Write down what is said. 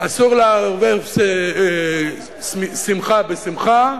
אסור לערבב שמחה בשמחה,